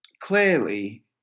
clearly